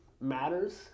matters